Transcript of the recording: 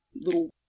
little